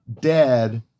dead